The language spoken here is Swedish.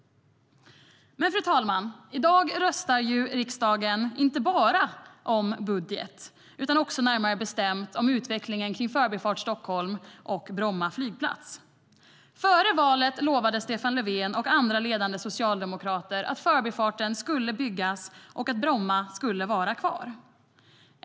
I dag röstar riksdagen inte bara om budget utan också om utvecklingen av Förbifart Stockholm och Bromma flygplats. Före valet lovade Stefan Löfven och andra ledande socialdemokrater att Förbifarten skulle byggas och att Bromma skulle vara kvar.